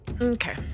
Okay